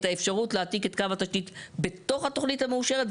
האפשרות להעיק את קו התשתית בתוך התוכנית המאושרת,